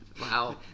Wow